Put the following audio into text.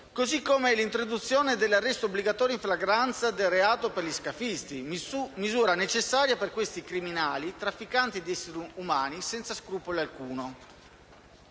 Così come l'introduzione dell'arresto obbligatorio in flagranza di reato per gli scafisti; misura necessaria per questi criminali, trafficanti umani senza alcuno